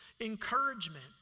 encouragement